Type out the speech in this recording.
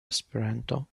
esperanto